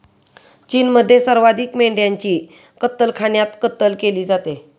चीनमध्ये सर्वाधिक मेंढ्यांची कत्तलखान्यात कत्तल केली जाते